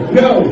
no